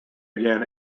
again